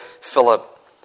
Philip